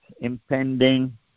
impending